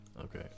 Okay